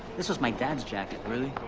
this was my dad's jacket. really?